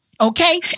Okay